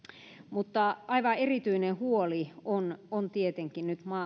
mutta aivan erityinen huoli on on tietenkin nyt